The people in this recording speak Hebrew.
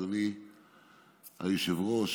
אדוני היושב-ראש,